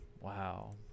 Wow